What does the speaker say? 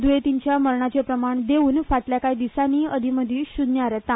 द्येंतींच्या मरणाचें प्रमाण देंवन फाटल्या कांय दिसांनी अदीं मदीं शून्यार येता